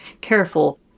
Careful